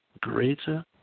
greater